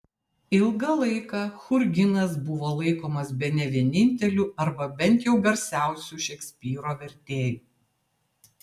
ilgą laiką churginas buvo laikomas bene vieninteliu arba bent jau garsiausiu šekspyro vertėju